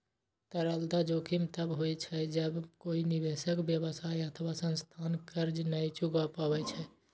तरलता जोखिम तब होइ छै, जब कोइ निवेशक, व्यवसाय अथवा संस्थान कर्ज नै चुका पाबै छै